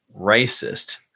racist